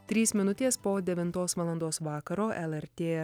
trys minutės po devintos valandos vakaro lrt